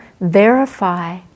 verify